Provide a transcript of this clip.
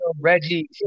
Reggie